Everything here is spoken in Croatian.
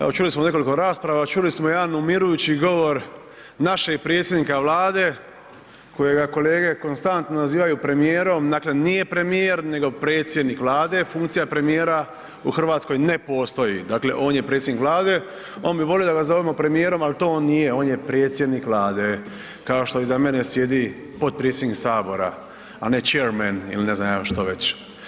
Evo čuli smo nekoliko rasprava, čuli smo jedan umirujući govor našeg predsjednika Vlade kojega kolege konstantno nazivaju premijerom, dakle nije premijer nego predsjednik Vlade, funkcija premijera u Hrvatskoj ne postoji, dakle on je predsjednik Vlade, on bi volio da ga zovem premijerom ali to on nije, on je predsjednik Vlade kao što iza mene sjedi potpredsjednik Sabora a ne chairman ili ne znam ja što već.